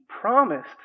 promised